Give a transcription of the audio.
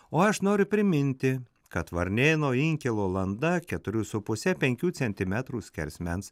o aš noriu priminti kad varnėno inkilo landa keturių su puse penkių centimetrų skersmens